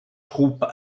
troupes